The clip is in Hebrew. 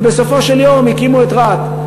ובסופו של יום הקימו את רהט.